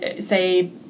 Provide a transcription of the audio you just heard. say